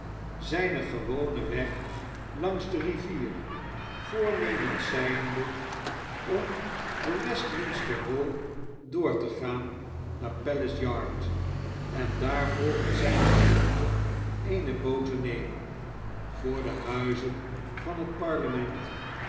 zijn gewonen weg langs de rivier voornemens zijnde om de westminster hall door te gaan naar de palace yard en daar volgens zijne gewoonte eene boot te nemen voor dehuizen van het parlement